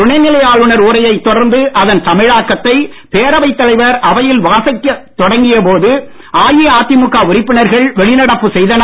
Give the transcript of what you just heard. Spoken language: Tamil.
துணைநிலை ஆளுநர் உரையை தொடர்ந்து அதன் தமிழாக்கத்தை பேரவைத் தலைவர் அவையில் வாசிக்க தொடங்கிய போது அஇஅதிமுக உறுப்பினர்கள் வெளிநடப்பு செய்தனர்